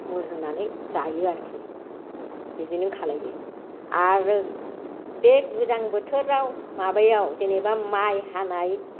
मोनहोनानै जायो आरोखि बिदिनो खालामो आरो बे गोजां बोथोराव माबायाव जेनेबा माइ हानाय